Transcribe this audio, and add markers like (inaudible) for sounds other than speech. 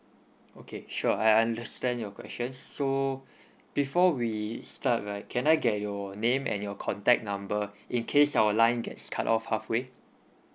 okay sure I understand your questions so (breath) before we start right can I get your name and your contact number in case our line gets cut off halfway